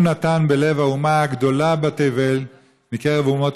הוא נתן בלב האומה הגדולה בתבל מקרב אומות